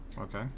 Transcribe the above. okay